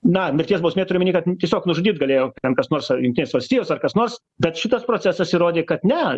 na mirties bausmė turiu omeny kad tiesiog nužudyt galėjo kas nors ar jungtinės valstijos ar kas nors bet šitas procesas įrodė kad ne